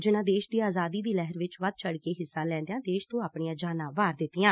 ਜਿਨ੍ਹਾਂ ਦੇਸ਼ ਦੀ ਆਜ਼ਾਦੀ ਦੀ ਲਹਿਰ ਵਿਚ ਵੱਧ ਚੜ ਕੇ ਹਿੱਸਾ ਲੈਂਦਿਆਂ ਦੇਸ਼ ਤੋਂ ਆਪਣੀਆਂ ਜਾਨਾਂ ਵਾਰ ਦਿੱਤੀਆਂ